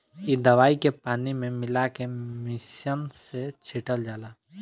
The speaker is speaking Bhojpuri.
इ दवाई के पानी में मिला के मिशन से छिटल जाला